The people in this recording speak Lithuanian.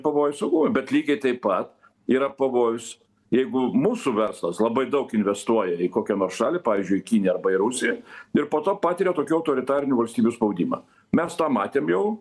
pavojus saugumui bet lygiai taip pat yra pavojus jeigu mūsų verslas labai daug investuoja į kokią nors šalį pavyzdžiui į kiniją arba į rusiją ir po to patiria tokių autoritarinių valstybių spaudimą mes tą matėm jau